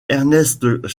ernest